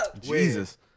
Jesus